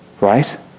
right